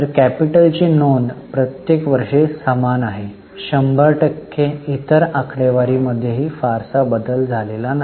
तर कॅपिटलची नोंद प्रत्येक वर्षी समान आहे 100 टक्के इतर आकडेवारी मध्येही फारसा बदल झालेला नाही